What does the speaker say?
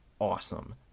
awesome